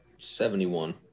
Seventy-one